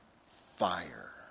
FIRE